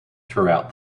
throughout